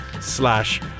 slash